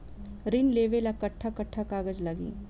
ऋण लेवेला कट्ठा कट्ठा कागज लागी?